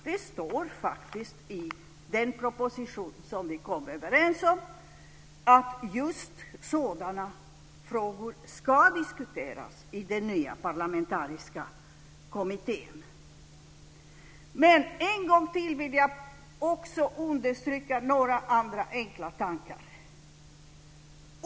Det står faktiskt i den proposition som vi kom överens om att just sådana frågor ska diskuteras i den nya parlamentariska kommittén. En gång till vill jag också understryka några andra enkla tankar.